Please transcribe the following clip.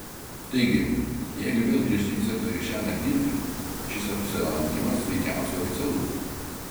taigi jeigu vėl grįžti į centrą ir šiąnakt dirbi šis apsilankymas veikiausiai oficialus